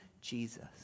Jesus